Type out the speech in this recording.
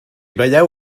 veieu